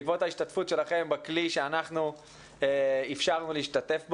בעקבות ההשתתפות שלכם בכלי שאנחנו אפשרנו להשתתף בו,